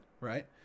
right